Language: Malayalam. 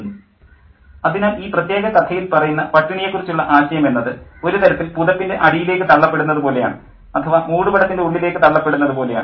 പ്രൊഫസ്സർ അതിനാൽ ഈ പ്രത്യേക കഥയിൽ പറയുന്ന പട്ടിണിയെക്കുറിച്ചുള്ള ആശയം എന്നത് ഒരു തരത്തിൽ പുതപ്പിൻ്റെ അടിയിലേക്ക് തള്ളപ്പെടുന്നതു പോലെയാണ് അഥവാ മുടുപടത്തിൻ്റെ ഉള്ളിലേക്ക് തള്ളപ്പെടുന്നതു പോലെ ആണ്